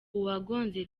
uwagonze